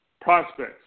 Prospects